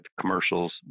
commercials